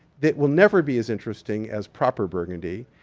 it will never be as interesting as proper burgundy.